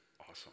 awesome